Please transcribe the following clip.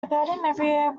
everywhere